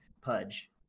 Pudge